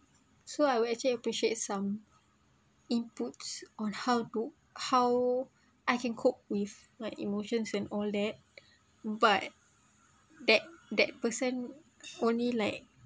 so I will actually appreciate some inputs on how do how I can cope with like emotions and all that but that that person only like